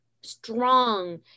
strong